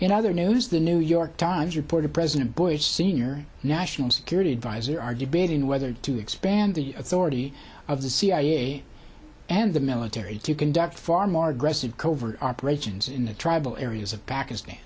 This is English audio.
in other news the new york times reported president bush senior national security advisor are debating whether to expand the authority of the cia and the military to conduct far more aggressive covert operations in the tribal areas of pakistan